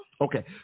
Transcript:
Okay